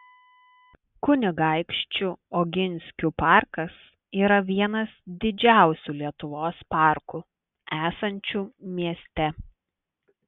kunigaikščių oginskių parkas yra vienas didžiausių lietuvos parkų esančių mieste